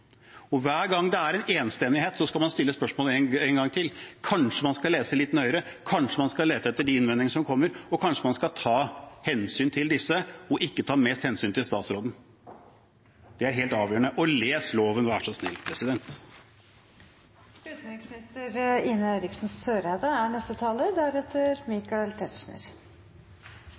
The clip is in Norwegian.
en enstemmighet, må man stille spørsmålet en gang til: Kanskje man skal lese litt nøyere, kanskje man skal lete litt etter de innvendingene som kommer, og kanskje man skal ta hensyn til disse og ikke ta mest hensyn til statsråden? Det er helt avgjørende. Og les loven, vær så snill! Jeg har behov for å legge til et par ting, og det er